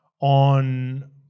on